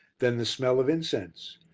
then the smell of incense.